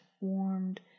warmed